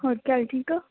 ਹੋਰ ਘਰ ਠੀਕ ਆ